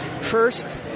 First